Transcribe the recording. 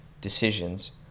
decisions